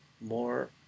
more